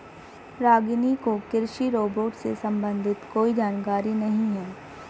रागिनी को कृषि रोबोट से संबंधित कोई जानकारी नहीं है